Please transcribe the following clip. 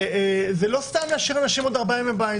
ולא סתם להשאיר אנשים עוד ארבעה ימים בבית.